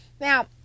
Now